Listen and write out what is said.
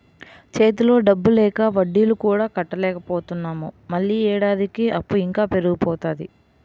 చేతిలో డబ్బు లేక వడ్డీలు కూడా కట్టలేకపోతున్నాము మళ్ళీ ఏడాదికి అప్పు ఇంకా పెరిగిపోతాది